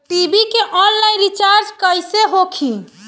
TV के online recharge कैसे होखी?